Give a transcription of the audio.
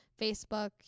Facebook